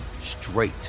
straight